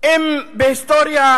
אם בהיסטוריה